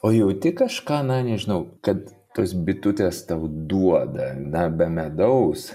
o jauti kažką na nežinau kad tos bitutės tau duoda na be medaus